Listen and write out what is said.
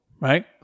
right